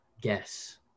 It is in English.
guess